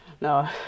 no